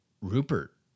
Rupert